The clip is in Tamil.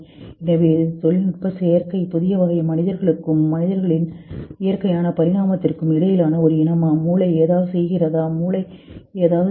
எனவே இது தொழில்நுட்ப செயற்கை புதிய வகை மனிதர்களுக்கும் மனிதர்களின் இயற்கையான பரிணாமத்திற்கும் இடையிலான ஒரு இனமா மூளை ஏதாவது செய்கிறதா மூளை ஏதாவது செய்ய வேண்டும்